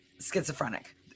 schizophrenic